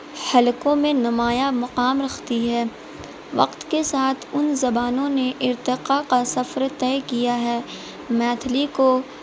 حلقوں میں نمایاں مقام رکھتی ہے وقت کے ساتھ ان زبانوں نے ارتقاء کا سفر طے کیا ہے میتھلی کو